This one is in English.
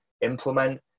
implement